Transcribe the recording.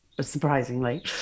surprisingly